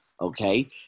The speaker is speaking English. okay